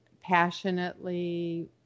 passionately